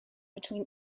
between